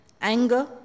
anger